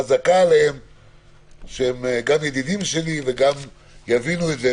חזקה עליהם שהם גם ידידים שלי וגם יבינו את זה,